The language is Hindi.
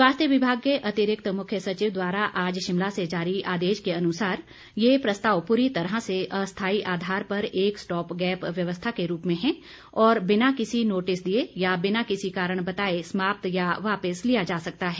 स्वास्थ्य विभाग के अतिरिक्त मुख्य सचिव द्वारा आज शिमला से जारी आदेश के अनुसार यह प्रस्ताव पूरी तरह से अस्थायी आधार पर एक स्टॉप गैप व्यवस्था के रूप में है और बिना किसी नोटिस दिए या बिना किसी कारण बताए समाप्त या वापिस लिया जा सकता है